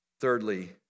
Thirdly